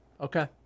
okay